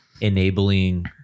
enabling